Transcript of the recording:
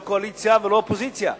לא הקואליציה ולא האופוזיציה.